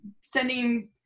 sending